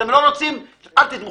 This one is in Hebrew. אתם לא רוצים אל תתמכו.